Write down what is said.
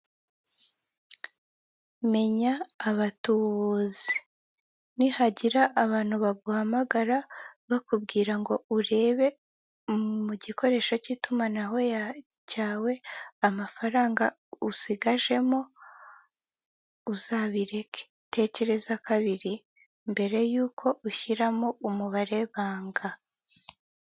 Menya abatuzi nihagira abantu baguhamagara bakubwira ngo urebe mu gikoresho cy'itumanaho cyawe amafaranga usigajemo uzabireke, tekereza kabiri mbere yuko ushyiramo umubare banga.